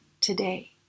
today